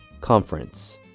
conference